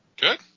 Good